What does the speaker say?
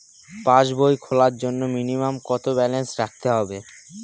পাসবই খোলার জন্য মিনিমাম কত ব্যালেন্স রাখতে হবে?